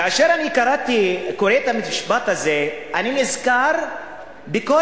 כאשר אני קורא את המשפט הזה אני נזכר בכל